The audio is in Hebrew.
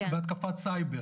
בהתקפת סייבר,